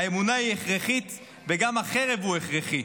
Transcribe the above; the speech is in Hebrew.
האמונה היא הכרחית, וגם החרב הכרחית.